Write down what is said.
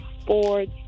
sports